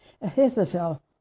Ahithophel